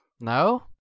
No